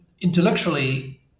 intellectually